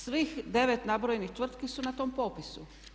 Svih 9 nabrojenih tvrtki su na tom popisu.